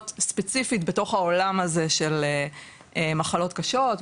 ספציפית בתוך העולם הזה של מחלות קשות,